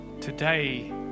Today